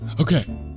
Okay